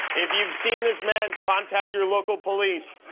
if you've seen this man, contact your local police!